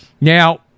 Now